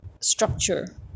structure